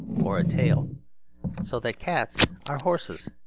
or a tail so that cats are horses,